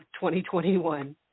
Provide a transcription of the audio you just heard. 2021